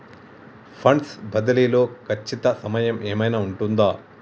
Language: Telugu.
ఫండ్స్ బదిలీ లో ఖచ్చిత సమయం ఏమైనా ఉంటుందా?